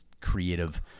creative